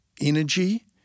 energy